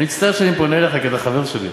אני מצטער שאני פונה אליך, כי אתה חבר שלי.